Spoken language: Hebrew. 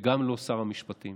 וגם לא שר המשפטים.